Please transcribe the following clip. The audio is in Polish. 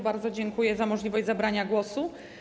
Bardzo dziękuję za możliwość zabrania głosu.